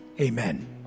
Amen